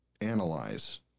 analyze